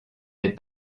des